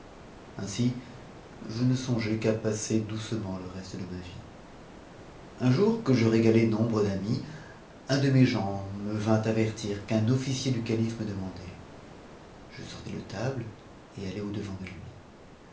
ainsi je ne songeais qu'à passer doucement le reste de ma vie un jour que je régalais un nombre d'amis un de mes gens me vint avertir qu'un o nder du calife me demandait je sortis de tame et allai au-devant de lui